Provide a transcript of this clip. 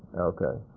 okay.